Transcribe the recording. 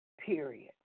period